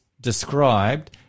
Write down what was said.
described